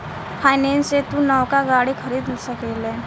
finance से तू नवका गाड़ी खरीद सकेल